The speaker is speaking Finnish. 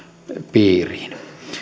piiriin